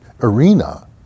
arena